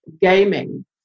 gaming